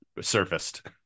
surfaced